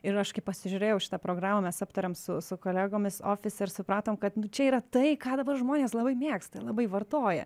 ir aš kai pasižiūrėjau šitą programą mes aptarėm su su kolegomis ofise ir supratom kad čia yra tai ką dabar žmonės labai mėgsta labai vartoja